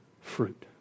fruit